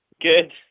good